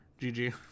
GG